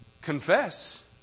Confess